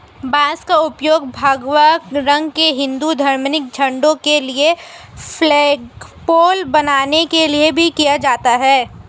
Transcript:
बांस का उपयोग भगवा रंग के हिंदू धार्मिक झंडों के लिए फ्लैगपोल बनाने के लिए भी किया जाता है